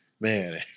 Man